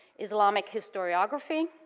islamic historiography,